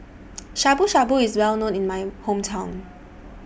Shabu Shabu IS Well known in My Hometown